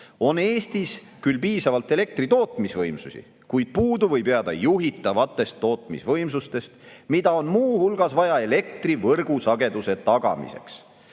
on Eestis küll piisavalt elektri tootmisvõimsusi, kuid puudu võib jääda juhitavatest tootmisvõimsustest, mida on muu hulgas vaja elektri võrgusageduse tagamiseks."